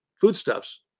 foodstuffs